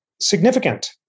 significant